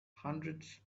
hundreds